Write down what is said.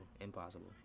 impossible